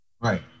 Right